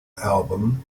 album